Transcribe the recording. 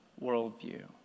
worldview